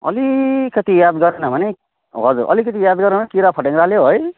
अलिकति याद गरेन भने हजुर अलिकति याद गरेन भने किरा फटेङ्ग्रले है